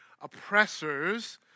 oppressors